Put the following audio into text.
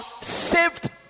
saved